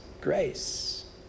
Grace